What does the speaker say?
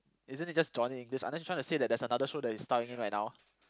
isn't it just Johnny-English unless you trying to say that there is another show that is starring him right now